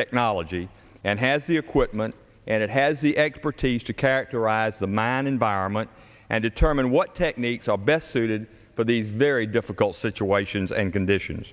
technology and has the equipment and it has the expertise to characterize the man environment and determine what techniques are best suited for these very difficult situations and conditions